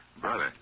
Brother